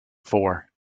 four